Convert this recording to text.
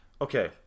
Okay